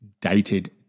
Dated